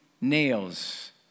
nails